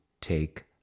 take